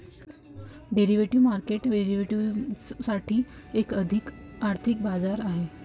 derivative market derivatives साठी एक आर्थिक बाजार आहे